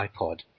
iPod